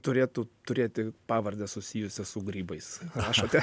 turėtų turėti pavardę susijusią su grybais rašote